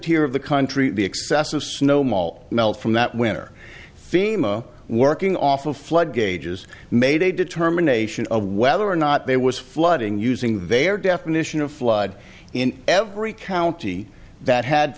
tier of the country the excessive snow mall melt from that winter fimo working off of flood gauges made a determination of whether or not there was flooding using their definition of flood in every county that had